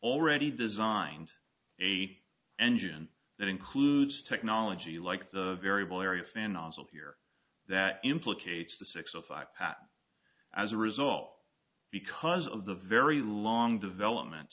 already designed a engine that includes technology like the variable area fan nozzle here that implicates the six o five as a result because of the very long development